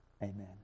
Amen